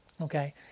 Okay